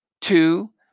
Two